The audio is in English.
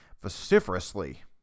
vociferously